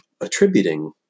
attributing